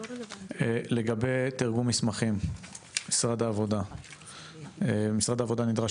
לגבי תרגום מסמכים - משרד העבודה נדרש